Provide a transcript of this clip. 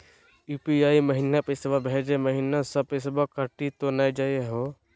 UPI महिना पैसवा भेजै महिना सब पैसवा कटी त नै जाही हो?